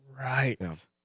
Right